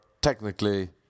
technically